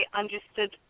understood